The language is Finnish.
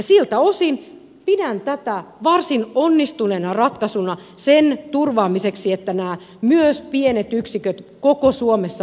siltä osin pidän tätä varsin onnistuneena ratkaisuna sen turvaamiseksi että myös pienet yksiköt koko suomessa voitaisiin turvata